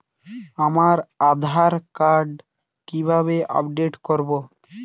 আমার আধার কার্ড কিভাবে আপডেট করব?